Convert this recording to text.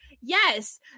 yes